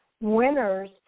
winners